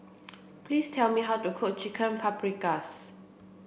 please tell me how to cook Chicken Paprikas